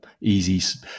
easy